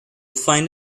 find